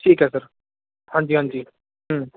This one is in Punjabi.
ਠੀਕ ਹੈ ਸਰ ਹਾਂਜੀ ਹਾਂਜੀ